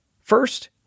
First